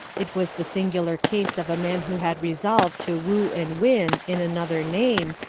it was the singular case of a man who had resolved to woo and win, in another name,